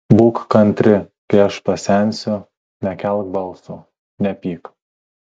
būk kantri kai aš pasensiu nekelk balso nepyk